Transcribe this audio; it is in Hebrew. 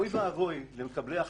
איך אני מפריע לשר שלי או למנכ"ל שלי,